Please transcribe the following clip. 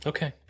Okay